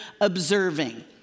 observing